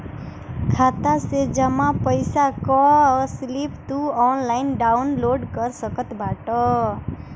खाता से जमा पईसा कअ स्लिप तू ऑनलाइन डाउन लोड कर सकत बाटअ